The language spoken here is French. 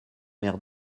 maires